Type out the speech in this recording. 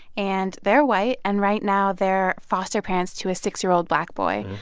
and they're white. and right now, they're foster parents to a six year old black boy.